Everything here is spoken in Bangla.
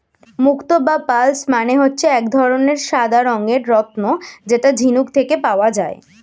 মুক্তো বা পার্লস মানে হচ্ছে এক ধরনের সাদা রঙের রত্ন যেটা ঝিনুক থেকে পাওয়া যায়